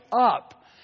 up